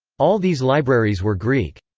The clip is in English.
all these libraries were greek.